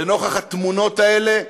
לנוכח התמונות האלה,